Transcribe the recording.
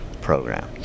program